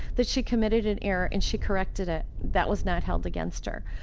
that she committed an error and she corrected it, that was not held against her.